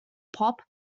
pop